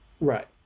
right